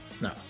No